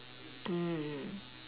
mm